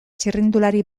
txirrindulari